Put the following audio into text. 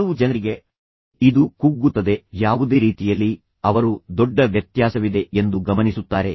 ಕೆಲವು ಜನರಿಗೆ ಇದು ಕುಗ್ಗುತ್ತದೆ ಯಾವುದೇ ರೀತಿಯಲ್ಲಿ ಅವರು ದೊಡ್ಡ ವ್ಯತ್ಯಾಸವಿದೆ ಎಂದು ಗಮನಿಸುತ್ತಾರೆ